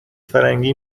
فرنگی